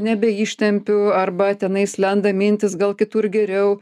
nebeištempiu arba tenais lenda mintys gal kitur geriau